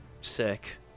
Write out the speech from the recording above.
Sick